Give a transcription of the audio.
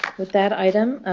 with that item,